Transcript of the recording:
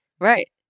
Right